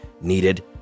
needed